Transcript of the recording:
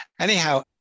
Anyhow